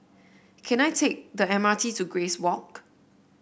can I take the M R T to Grace Walk